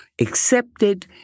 accepted